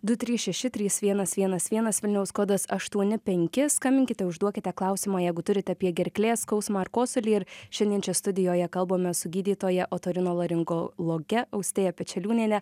du trys šeši trys vienas vienas vienas vilniaus kodas aštuoni penki skambinkite užduokite klausimą jeigu turite apie gerklės skausmą ar kosulį ir šiandien čia studijoje kalbamės su gydytoja otorinolaringologe austėja pečeliūniene